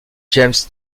james